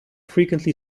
frequently